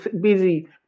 busy